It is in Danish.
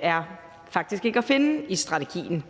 er faktisk ikke at finde i strategien.